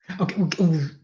Okay